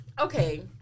Okay